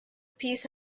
peace